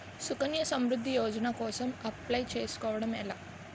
సుకన్య సమృద్ధి యోజన కోసం అప్లయ్ చేసుకోవడం ఎలా?